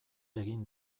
egin